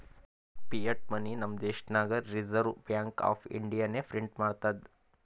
fiat money ನಮ್ ದೇಶನಾಗ್ reserve bank of ಇಂಡಿಯಾನೆ ಪ್ರಿಂಟ್ ಮಾಡ್ತುದ್